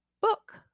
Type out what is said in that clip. book